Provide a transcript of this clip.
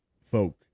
folk